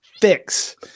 fix